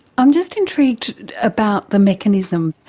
i am just intrigued about the mechanism.